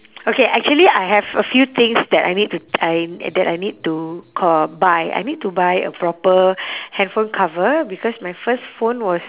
okay actually I have a few things that I need to I that I need to ca~ buy I need to buy a proper handphone cover because my first phone was